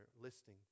listing